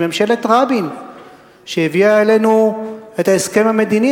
מממשלת רבין שהביאה אלינו את ההסכם המדיני,